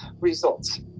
results